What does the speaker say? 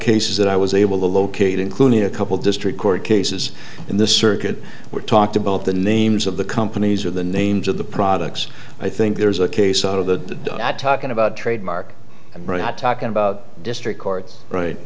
cases that i was able to locate including a couple district court cases in the circuit were talked about the names of the companies or the names of the products i think there's a case of the talking about trademark talking about district court right